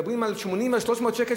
מדברים על 300 שקל,